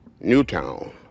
Newtown